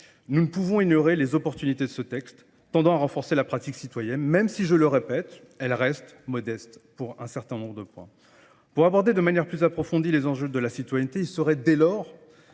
nous ne pouvons ignorer les opportunités de ce texte, tendant à renforcer la pratique citoyenne, même si, je le répète, elle reste modeste pour un certain nombre de points. Pour aborder de manière plus approfondie les enjeux de la citoyenneté, il serait dès lors